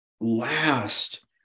last